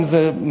אם זה מרכז,